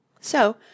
So